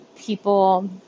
people